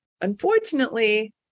unfortunately